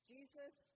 Jesus